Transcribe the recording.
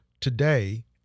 today